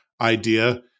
idea